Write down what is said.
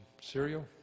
cereal